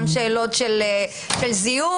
גם שאלות של זיהום,